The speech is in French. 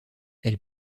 elle